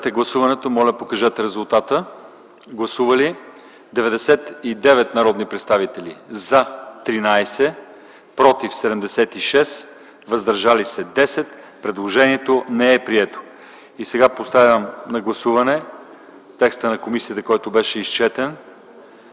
Сега поставям на гласуване текста на комисията, който беше прочетен.